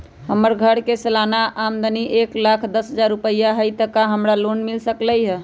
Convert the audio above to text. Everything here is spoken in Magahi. हमर घर के सालाना आमदनी एक लाख दस हजार रुपैया हाई त का हमरा लोन मिल सकलई ह?